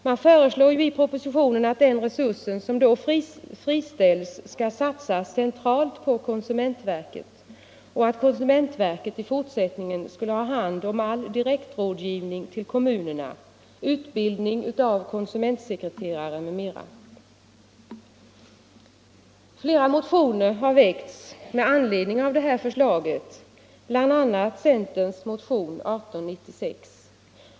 Man föreslår i propositionen att den resurs som då friställs skall satsas centralt på konsumentverket och att konsumentverket i fortsättningen skall ha hand om all direktrådgivning till kommunerna, utbildning av konsumentsekreterare m.m. Flera motioner har väckts med anledning av detta förslag, bl.a. centerns motion 1896.